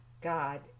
God